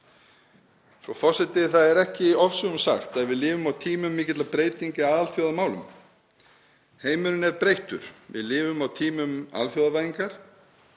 Frú forseti. Það er ekki ofsögum sagt að við lifum á tímum mikilla breytinga í alþjóðamálum. Heimurinn er breyttur. Við lifum á tímum alþjóðavæðingar.